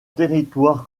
territoire